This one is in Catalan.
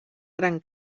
gran